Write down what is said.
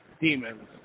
demons